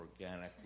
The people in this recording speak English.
organically